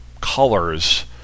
colors